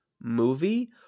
movie